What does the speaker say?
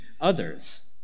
others